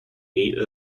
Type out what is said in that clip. eight